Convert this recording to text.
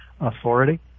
authority